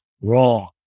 Wrong